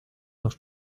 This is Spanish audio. dos